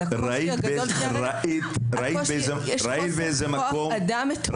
אבל הקושי הגדול הוא בזה שיש חוסר בכוח אדם מטורף.